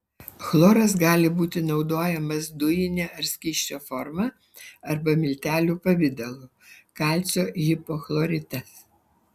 chloras gali būti naudojamas dujine ar skysčio forma arba miltelių pavidalu kalcio hipochloritas